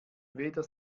weder